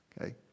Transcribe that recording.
okay